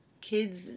kids